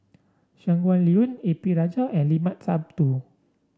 Shangguan Liuyun A P Rajah and Limat Sabtu